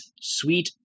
sweet